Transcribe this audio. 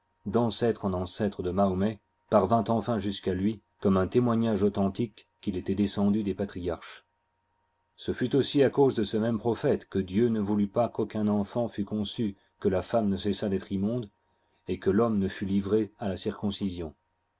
d'ancêtre en ancêtre de mahomet parvint enfin jusques à lui comme un témoignage authentique qu'il étoit descendu des patriarches ce fut aussi à cause de ce même prophète que dieu ne voulut pas qu'aucun enfant fût conçu que la femme ne cessât d'être immonde et que l'homme ne fût livré à la circoncision